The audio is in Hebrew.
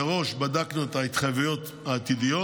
מראש בדקנו את ההתחייבויות העתידיות,